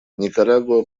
никарагуа